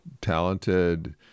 talented